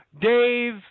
Dave